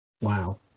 Wow